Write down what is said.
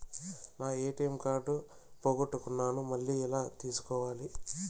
నా ATM card పోగొట్టుకున్నాను, మళ్ళీ ఎలా తీసుకోవాలి?